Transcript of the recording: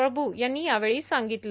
प्रभू यांनी यावेळी सांगितलं